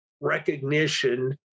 recognition